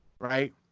Right